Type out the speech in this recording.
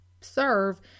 serve